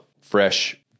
fresh